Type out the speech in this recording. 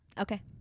okay